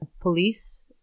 police